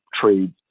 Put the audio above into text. trade